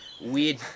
weird